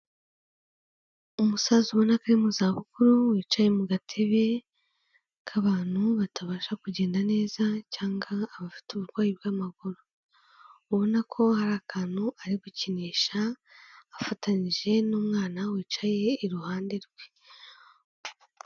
Umusaza ubona aka ari mu zabukuru wicaye mu gatebe k'abantu batabasha kugenda neza cyangwa abafite uburwayi bw'amaguru, ubona ko hari akantu ari gukinisha afatanije n'umwana wicaye iruhande rwe.